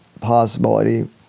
possibility